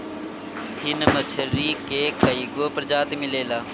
फिन मछरी के कईगो प्रजाति मिलेला